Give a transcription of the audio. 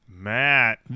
Matt